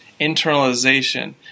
internalization